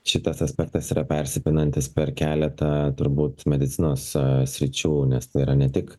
šitas aspektas yra persipinantis per keletą turbūt medicinos sričių nes tai yra ne tik